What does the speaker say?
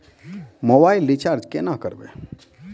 Mobile recharge केना करबै?